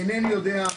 אינני יודע,